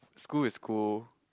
school is school